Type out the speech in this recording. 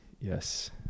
yes